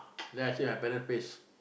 then I see my parent face